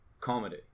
comedy